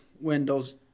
windows